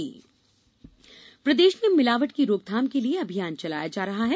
मिलावट अभियान प्रदेश में मिलावट की रोकथाम के लिए अभियान चलाया जा रहा है